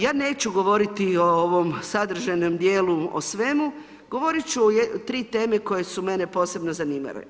Ja neću govoriti o ovom sadržajnom dijelu o svemu, govoriti ću o tri teme koje su mene posebno zanimale.